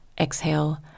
Exhale